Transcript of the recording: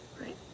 Right